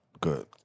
good